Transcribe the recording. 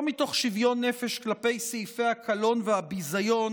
אני עושה את זה לא מתוך שוויון נפש כלפי סעיפי הקלון והביזיון,